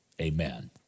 Amen